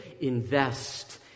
invest